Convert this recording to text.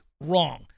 wrong